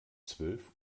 zwölf